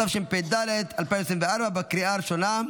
התשפ"ד 2024, אושרה בקריאה הראשונה,